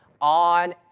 on